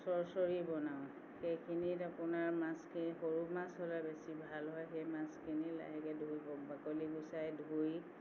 চৰ্চৰি বনাওঁ সেইখিনিত আপোনাৰ মাছখিনি সৰু মাছ হ'লে বেছি ভাল হয় সেই মাছখিনি লাহেকৈ ধুই ব বাকলি গুচাই ধুই